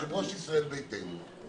יושב-ראש סיעת ישראל ביתנו,